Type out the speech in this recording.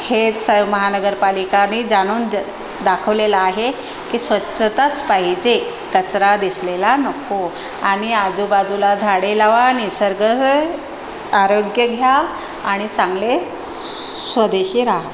हेच स महानगरपालिकेनी जाणून दाखवलेलं आहे की स्वच्छताच पाहिजे कचरा दिसलेला नको आणि आजूबाजूला झाडे लावा निसर्ग आरोग्य घ्या आणि चांगले स्वदेशी राहा